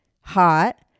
hot